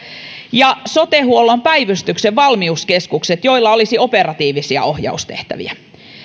ja sote huollon päivystyksen valmiuskeskukset joilla olisi operatiivisia ohjaustehtäviä